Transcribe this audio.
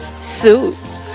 Suits